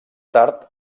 tard